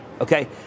okay